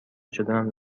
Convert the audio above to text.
شدنم